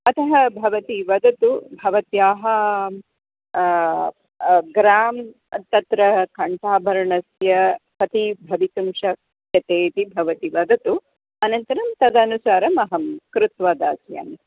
अतः भवती वदतु भवत्याः ग्रां तत्र कण्ठाभरणस्य कति भवितुं शक्यते इति भवति वदतु अनन्तरं तदनुसारमहं कृत्वा दास्यामि